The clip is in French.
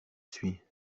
suis